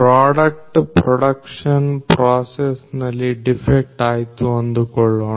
product production process ನಲ್ಲಿ defect ಆಯ್ತು ಅಂದುಕೊಳ್ಳೋಣ